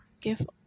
give